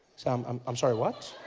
um i'm i'm sorry, what?